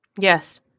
Yes